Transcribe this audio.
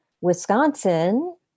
Wisconsin